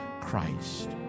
Christ